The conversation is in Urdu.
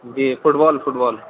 G football fit ball